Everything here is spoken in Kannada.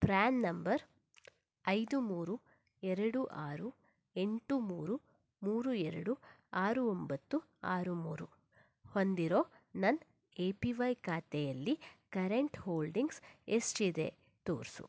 ಪ್ರ್ಯಾನ್ ನಂಬರ್ ಐದು ಮೂರು ಎರಡು ಆರು ಎಂಟು ಮೂರು ಮೂರು ಎರಡು ಆರು ಒಂಬತ್ತು ಆರು ಮೂರು ಹೊಂದಿರೋ ನನ್ನ ಎ ಪಿ ವೈ ಖಾತೆಯಲ್ಲಿ ಕರೆಂಟ್ ಹೋಲ್ಡಿಂಗ್ಸ್ ಎಷ್ಟಿದೆ ತೋರಿಸು